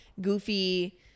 goofy